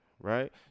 right